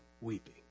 weeping